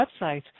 website